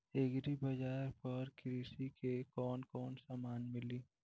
Agri बाजार पर कृषि के कवन कवन समान मिली?